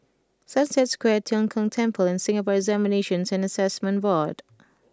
Sunset Square Tian Kong Temple and Singapore Examinations and Assessment Board